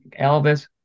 elvis